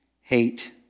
hate